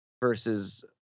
versus